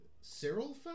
Cyril